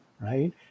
right